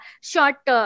short